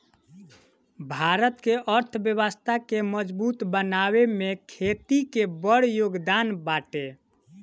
भारत के अर्थव्यवस्था के मजबूत बनावे में खेती के बड़ जोगदान बाटे